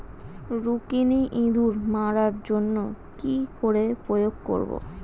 রুকুনি ইঁদুর মারার জন্য কি করে প্রয়োগ করব?